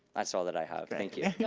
that's all that i have, thank you. yeah